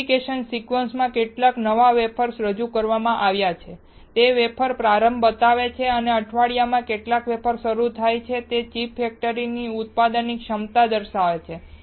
fabrication સિક્વન્સમાં કેટલા નવા વેફર્સ રજૂ કરવામાં આવ્યાં છે તે વેફર પ્રારંભ બતાવે છે અને અઠવાડિયામાં કેટલા વેફર શરૂ થાય છે તે ચિપ ફેક્ટરીની ઉત્પાદન ક્ષમતા દર્શાવે છે